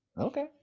Okay